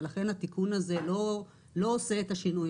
ולכן התיקון הזה לא עושה את השינוי.